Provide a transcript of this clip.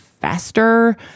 faster